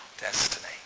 destiny